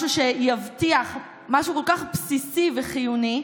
משהו שיבטיח משהו כל כך בסיסי וחיוני,